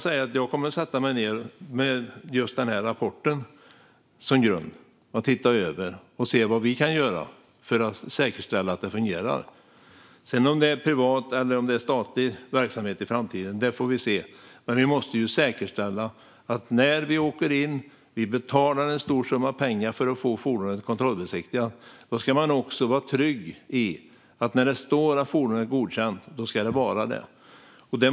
Jag kommer att sätta mig ned med just den här rapporten som grund och se vad vi kan göra för att säkerställa att det fungerar. Om det är privat eller statlig verksamhet i framtiden får vi se. Vi måste dock säkerställa att man när man åker in och betalar en stor summa pengar för att få fordonet kontrollbesiktigat är trygg i att fordonet är godkänt när det står att det är det.